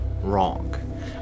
wrong